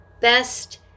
best